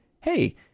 Hey